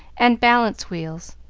and balance-wheels.